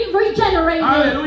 regenerated